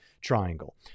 triangle